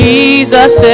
Jesus